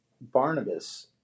Barnabas